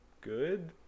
good